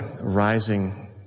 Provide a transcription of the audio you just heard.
rising